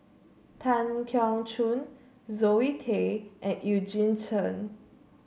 Tan Keong Choon Zoe Tay and Eugene Chen